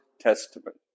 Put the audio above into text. testament